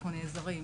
אנחנו נעזרים,